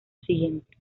siguiente